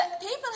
people